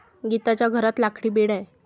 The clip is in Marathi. गीताच्या घरात लाकडी बेड आहे